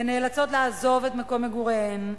נאלצות לעזוב את מקום מגוריהן,